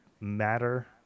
matter